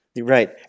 Right